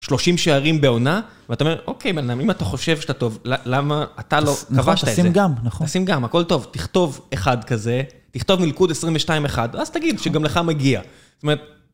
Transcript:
שלושים שערים בעונה, ואתה אומר, אוקיי, בן אדם, אם אתה חושב שאתה טוב, למה אתה לא, כבשת את זה? נכון, תשים גם, נכון. תשים גם, הכל טוב. תכתוב אחד כזה, תכתוב מלכוד 22-1, אז תגיד שגם לך מגיע. זאת אומרת...